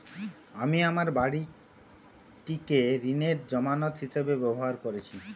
আমি আমার বাড়িটিকে ঋণের জামানত হিসাবে ব্যবহার করেছি